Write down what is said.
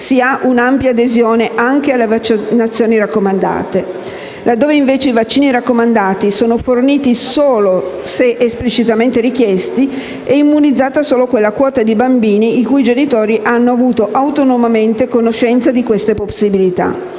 si ha un'ampia adesione anche alle vaccinazioni raccomandate. Laddove invece i vaccini raccomandati sono forniti solo se esplicitamente richiesti, è immunizzata solo quella quota di bambini i cui genitori hanno avuto autonomamente conoscenza di questa possibilità,